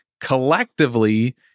collectively